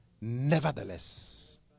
Nevertheless